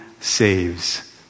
saves